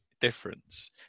difference